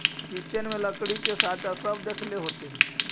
kitchen में लकड़ी के साँचा सब देखले होथिन